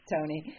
Tony